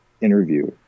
interview